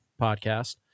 podcast